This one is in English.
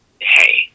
hey